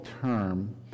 term